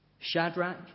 Shadrach